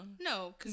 no